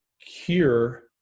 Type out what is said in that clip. cure